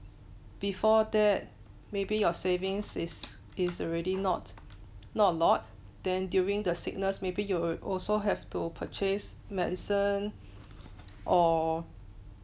before that maybe your savings is is already not not a lot then during the sickness maybe you also have to purchase medicine or